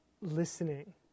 listening